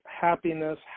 happiness